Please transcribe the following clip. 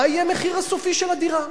מה יהיה המחיר הסופי של הדירה.